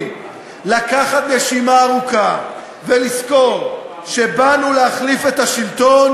לקחת נשימה ארוכה ולזכור שבאנו להחליף את השלטון,